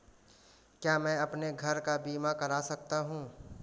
क्या मैं अपने घर का बीमा करा सकता हूँ?